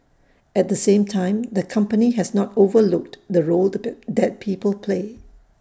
at the same time the company has not overlooked the role that people play